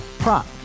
Prop